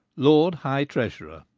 lord high treasurer.